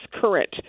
current